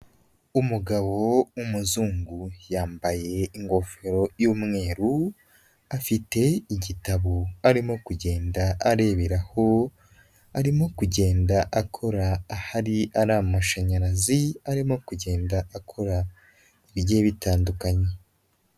Umugabo w'umuzungu yambaye ingofero y'umweru afite igitabo arimo kugenda areberaho, arimo kugenda akora ahari ari amashanyarazi, arimo kugenda akora bigiye bitandukanye.